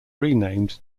renamed